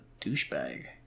douchebag